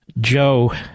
Joe